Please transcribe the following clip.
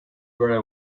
very